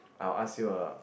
I'll ask you a